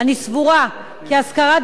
בקרב אזרחים ישראלים,